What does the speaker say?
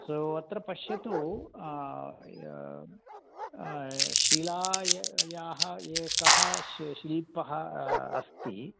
सो अत्र पश्यतु शिलायाः एकः शि शिल्पः अस्ति